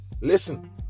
listen